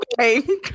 Okay